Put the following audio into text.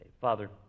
Father